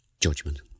judgment